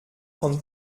von